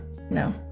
No